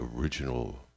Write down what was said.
original